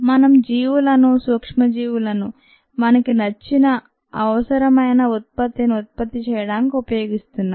మనం జీవులను సూక్ష్మ జీవులను మనకి నచ్చిన అవసరమైన ఉత్పత్తిని ఉత్పత్తి చేయడానికి ఉపయోగిస్తున్నాం